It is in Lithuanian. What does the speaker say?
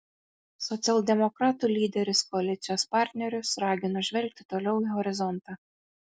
socialdemokratų lyderis koalicijos partnerius ragino žvelgti toliau į horizontą